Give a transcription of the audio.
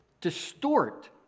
distort